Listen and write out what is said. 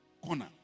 corner